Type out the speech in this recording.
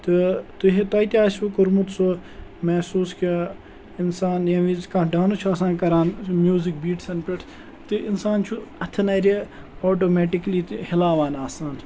تہٕ تُہۍ توتہِ آسِوٕ کوٚرمُت سُہ محسوٗس کہِ اِنسان ییٚمہِ وِزِ کانٛہہ ڈانٕس چھُ آسان کَران میوٗزِک بیٖٹسَن پٮ۪ٹھ تہٕ اِنسان چھُ اَتھٕ نَرِ آٹومیٹِکلی تہِ ہِلاوان آسان